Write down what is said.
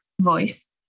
voice